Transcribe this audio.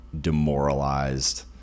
demoralized